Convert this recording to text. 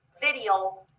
video